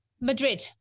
Madrid